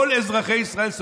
כל אזרחי ישראל,